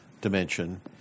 dimension